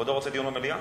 כבודו רוצה דיון במליאה?